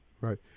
Right